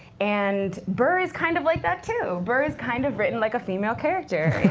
and burr is kind of like that too. burr is kind of written like a female character.